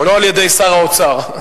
לא על-ידי שר האוצר.